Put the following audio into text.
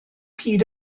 hyd